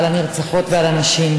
של הנרצחות והנשים,